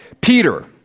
Peter